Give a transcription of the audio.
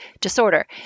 disorder